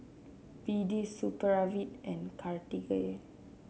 B D Supravit and Cartigain